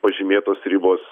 pažymėtos ribos